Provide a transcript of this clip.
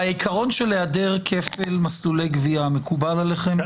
העיקרון של היעדר כפל מסלולי גבייה מקובל עליכם?